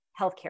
healthcare